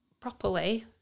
properly